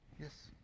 Yes